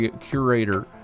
curator